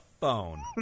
phone